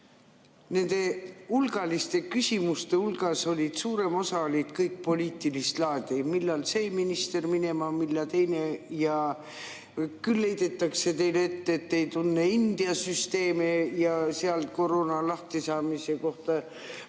nende hulgaliste küsimuste hulgas oli suurem osa poliitilist laadi: millal see minister minema, millal teine, ja küll heidetakse teile ette, et te ei tunne India süsteemi ja seal koroonast lahtisaamise kohta